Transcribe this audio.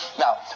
Now